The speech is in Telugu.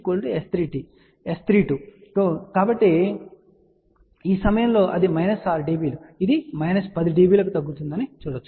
ఇప్పుడు S22 S32 ఎంకాబట్టి ఈ సమయంలో అది 6 dB ఇది 10 dB కి తగ్గుతుందని మీరు చూడవచ్చు